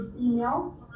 email